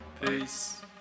Peace